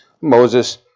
Moses